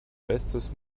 bestes